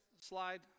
slide